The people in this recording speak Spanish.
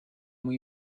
muy